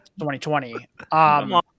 2020